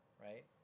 right